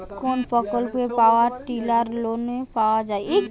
কোন প্রকল্পে power tiller লোনে পাওয়া য়ায়?